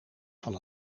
van